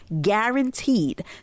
Guaranteed